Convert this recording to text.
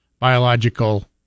biological